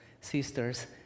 sisters